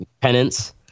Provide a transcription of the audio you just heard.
Penance